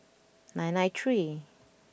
nine nine three